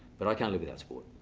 but i can't live without sport.